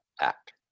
act